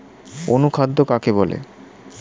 অনুখাদ্য কাকে বলে?